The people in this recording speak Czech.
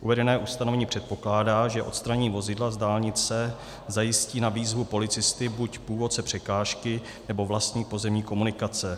Uvedené ustanovení předpokládá, že odstranění vozidla z dálnice zajistí na výzvu policisty buď původce překážky, nebo vlastník pozemní komunikace.